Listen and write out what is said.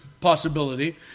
possibility